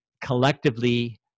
collectively